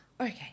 Okay